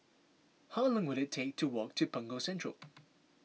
how long will it take to walk to Punggol Central